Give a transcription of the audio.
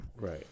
Right